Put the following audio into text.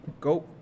Go